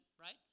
right